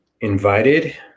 invited